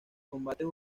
combates